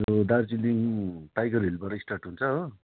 यो दार्जिलिङ टाइगर हिलबाट स्टार्ट हुन्छ हो